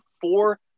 four